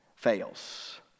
fails